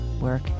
work